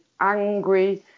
angry